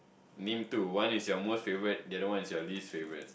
name two one is your most favorite the other one is your least favorite